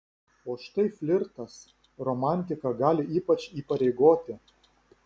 o štai flirtas romantika gali ypač įpareigoti